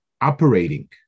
operating